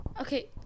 Okay